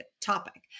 topic